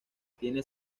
tiene